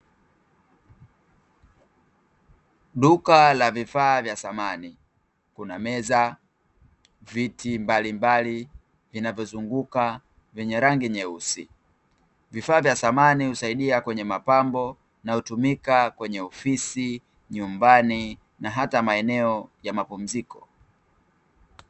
Duka la vifaa vya samani. Kuna meza, viti mbalimbali vinavyozunguka vyenye rangi nyeusi. Vifaa vya samani husaidia kwenye mapambo na hutumika kwenye ofisi, nyumbani, na hata maeneo ya mapumziko.